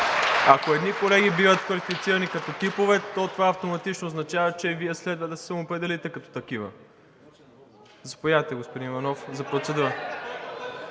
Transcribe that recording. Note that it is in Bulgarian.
Ако едни колеги биват квалифицирани като типове, то това автоматично означава, че Вие следва да се самоопределите като такива. Заповядайте, господин Иванов, за процедура.